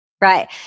Right